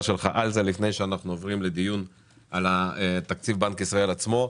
שלך עליהן לפני שנעבור לדיון על תקציב בנק ישראל עצמו.